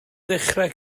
ddechrau